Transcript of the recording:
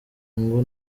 ngo